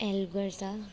help गर्छ